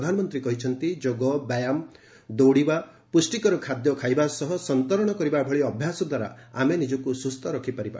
ପ୍ରଧାନମନ୍ତ୍ରୀ କହିଛନ୍ତି ଯୋଗ ବ୍ୟାୟାମ ଦୌଡ଼ିବା ପୁଷ୍ଟିକର ଖାଦ୍ୟ ଖାଇବା ସହ ସନ୍ତରଣ କରିବା ଭଳି ଅଭ୍ୟାସ ଦ୍ୱାରା ଆମେ ନିଜକୁ ସୁସ୍ଥ ରଖିପାରିବା